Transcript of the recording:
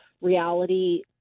reality